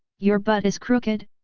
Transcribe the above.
your butt is crooked,